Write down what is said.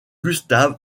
gustav